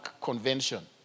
convention